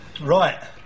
Right